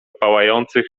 pałających